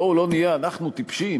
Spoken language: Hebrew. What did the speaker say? בואו לא נהיה אנחנו טיפשים.